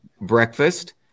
breakfast